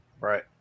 Right